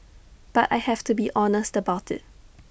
but I have to be honest about IT